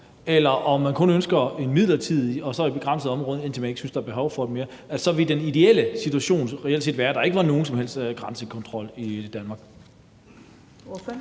eller om man kun ønsker en midlertidig en i et begrænset område, indtil man ikke synes, at der er behov for den mere, og om den ideelle situation reelt set ville være, at der ikke var nogen som helst grænsekontrol i Danmark. Kl.